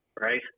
Right